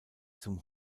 zum